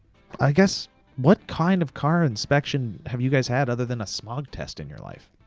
i guess what kind of car inspection have you guys had other than a smog test in your life?